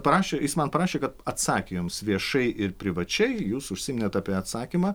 parašė jis man prašė kad atsakė jums viešai ir privačiai jūs užsiminėt apie atsakymą